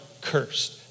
cursed